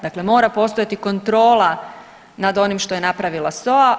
Dakle, mora postojati kontrola nad onim što je napravila SOA.